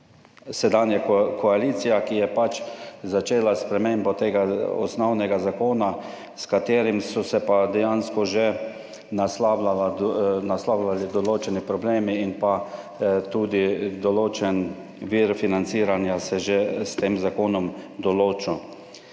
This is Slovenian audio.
sedanja koalicija, ki je pač začela s spremembo tega osnovnega zakona s katerim so se pa dejansko že naslavljali določeni problemi in pa tudi določen vir financiranja se je že s tem zakonom določil.